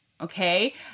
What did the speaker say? okay